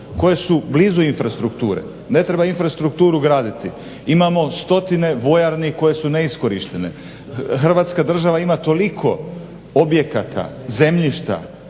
koje su blizu infrastrukture. Ne treba infrastrukturu graditi. Imamo stotine vojarni koje su neiskorištene. Hrvatska država ima toliko objekata, zemljišta